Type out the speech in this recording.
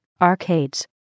Arcades